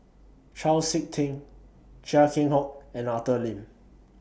Chau Sik Ting Chia Keng Hock and Arthur Lim